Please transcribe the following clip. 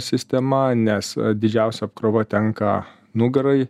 sistema nes didžiausia apkrova tenka nugarai